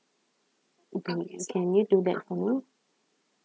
you can you do that for me